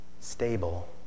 stable